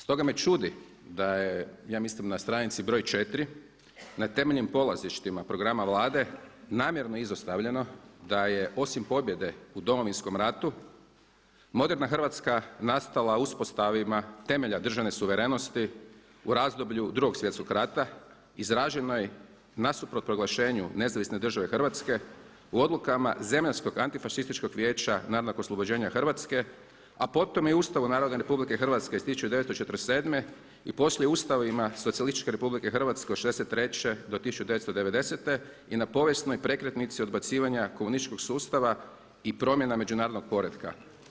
Stoga me čudi da je ja mislim na stranici broj 4 na temeljnim polazištima programa Vlade namjerno izostavljeno da je osim pobjede u Domovinskom ratu moderna Hrvatska nastala u uspostavi temelja državne suverenosti u razdoblju Drugog svjetskog rata izraženo je nasuprot proglašenju Nezavisne države Hrvatske u odlukama zemaljskog Antifašističkog vijeća narodnog oslobođenja Hrvatske, a potom i u Ustavu Narodne Republike Hrvatske iz 1947. i poslije u ustavima Socijalističke Republike Hrvatske od '63. do 1990. i na povijesnoj prekretnici odbacivanja komunističkog sustava i promjena međunarodnog poretka.